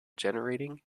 generating